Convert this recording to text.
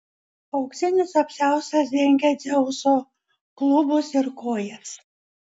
auksinis apsiaustas dengė dzeuso klubus ir kojas